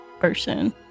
person